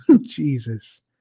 Jesus